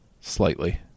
Slightly